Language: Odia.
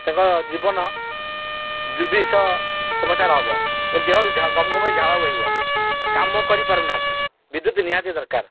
ତାଙ୍କ ଜୀବନ ଦୁବିଷ ଅବଚାର ହବ ଏବଂ ଦେହରୁ ଗମଗମ ହେଇ ଝାଳ ବୋହିବ କାମ କରିପାରୁନାହାନ୍ତି ବିଦ୍ୟୁତ ନିହାତି ଦରକାର